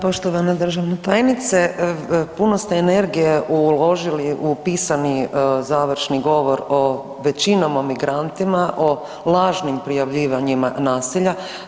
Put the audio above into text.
Poštovana državna tajnice, puno ste energije uložili u pisani završni govor o većinom o migrantima, o lažnim prijavljivanjima nasilja.